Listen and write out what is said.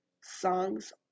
songs